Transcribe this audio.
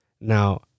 Now